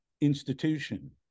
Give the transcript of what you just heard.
institution